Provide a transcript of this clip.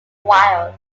required